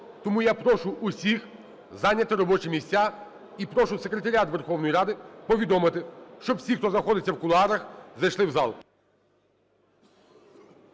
Тому я прошу всіх зайняти робочі місця. І прошу Секретаріат Верховної Ради повідомити, щоб всі, хто знаходиться в кулуарах, зайшли в зал.